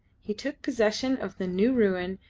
he took possession of the new ruin,